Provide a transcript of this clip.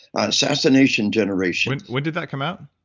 assassination generation when did that come out?